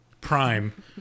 Prime